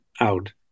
out